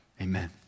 amen